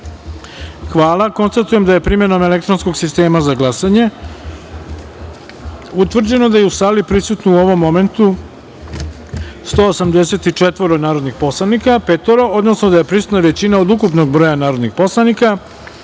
jedinice. Konstatujem da je primenom elektronskog sistema za glasanje utvrđeno da je u sali prisutno 185 narodni poslanika, odnosno da je prisutna većina od ukupnog broja narodnih poslanika